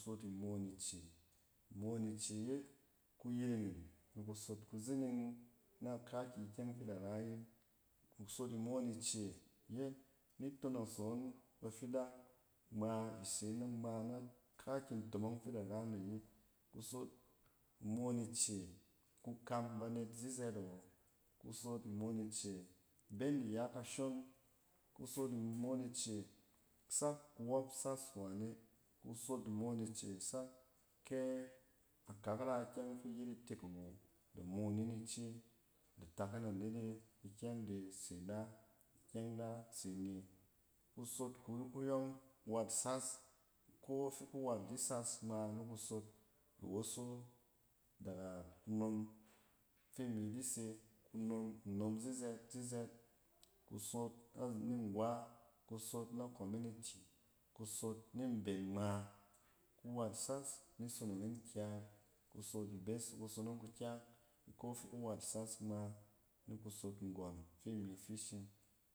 Kusof imoon ice. Imoon ice yet kuyiring yin ni kusof kuzining na kaakikyɛng fi da ra yin. Kusof imoon ice yet ni tonoson bafidang ngma isen na ngma na kaakyi ntomong fi da ran da da nye kusof imoon ice ku kam banet zizɛt awo, kus of imoon ice, be ni ya kashon, kus of imoon ice sak kuwↄp sas wane. Kusof imoon ice sak kyɛ akak ra ikyɛng ↄng fi iyet itek awo, da moon yin ice da tak yin anet e ikyɛng de se nɛ, ikyɛng da se ne. kusof kuri kuyↄng wat sas, iko fi ku isat di sas ngma ni kusof iwoso daga kunom fi imi di se, kunom nnom zizɛt-zizɛt. kusof ni ngwa, kusot na community, kusof ni mben ngma in wat sas ni sonong yin kyang. Kusof ibes ni kusonong kukyang iko fi ku wat sas ngma ni kusof nggↄn fi mi fi shim.